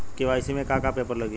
KYC में का का पेपर लगी?